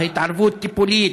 התערבות טיפולית,